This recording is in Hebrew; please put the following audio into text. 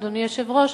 אדוני היושב-ראש,